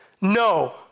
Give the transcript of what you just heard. No